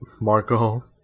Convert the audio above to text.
Marco